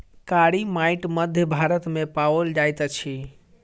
कारी माइट मध्य भारत मे पाओल जाइत अछि